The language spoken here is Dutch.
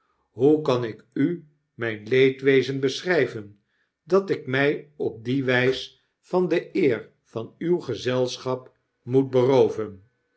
hoe kan ik u mijn leedwezen beschrpen dat ik my op die wp van de eer van uw gezelschap moet berooven